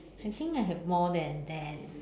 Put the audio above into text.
I think I have more than that